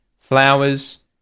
Flowers